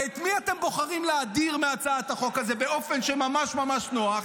ואת מי אתם בוחרים להדיר מהצעת החוק הזאת באופן ממש ממש נוח?